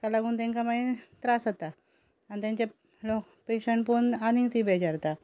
ताका लागून तांकां मागीर त्रास जाता आनी तांचे पेशंट पळोवन आनीक तीं बेजारता